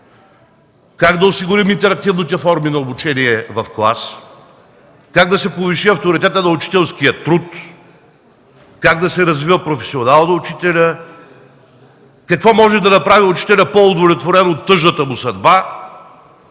как да осигурим алтернативните форми на обучение в клас; как да се повиши авторитетът на учителския труд, как да се развива професионално учителят, какво може да направи учителя по-удовлетворен от тъжната му съдба;